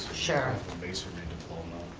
masonry diploma.